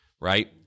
right